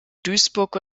duisburg